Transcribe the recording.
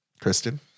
Kristen